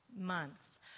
months